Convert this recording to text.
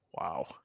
wow